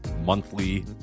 monthly